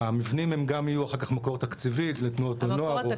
המבנים גם יהיו אחר כך מקור תקציבי לתנועות הנוער או